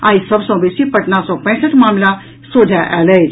आई सभ सँ बेसी पटना सँ पैंसठि मामिला सोझा आयल अछि